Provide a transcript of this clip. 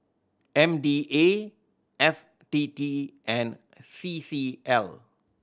M D A F T T and C C L